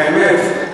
באמת?